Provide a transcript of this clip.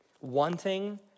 Wanting